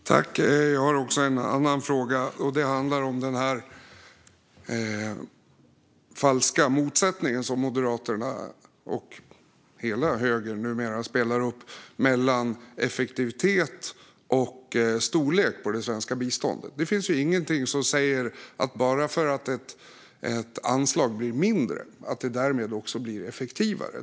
Fru talman! Jag har också en annan fråga. Den handlar om den falska motsättning som Moderaterna och hela högern numera spelar upp mellan effektivitet och storlek på det svenska biståndet. Det finns ju ingenting som säger att ett anslag blir effektivare bara för att det blir mindre.